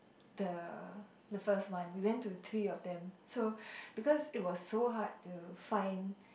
the the first one we went to three of them so because it was so hard to find